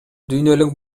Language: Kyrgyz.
дүйнөлүк